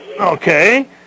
okay